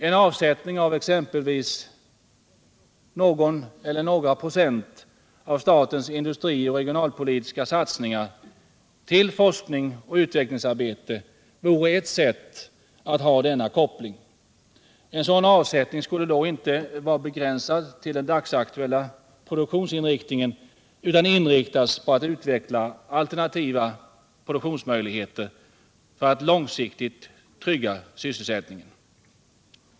En avsättning av exempelvis någon eller några procent av statens industrioch regionalpolitiska satsningar till forskning och utvecklingsarbete vore ett sätt att ha denna koppling. En sådan avsättning skulle då inte vara begränsad till den dagsaktuella produktionsinriktningen, utan inriktas på att utveckla alternativa produktionsmöjligheter för att långsiktigt trygga sysselsättningen.